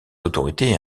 autorités